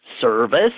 service